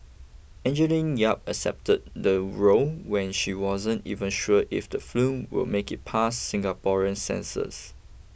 Angeline Yap accepted the role when she wasn't even sure if the film will make it past Singapore's censors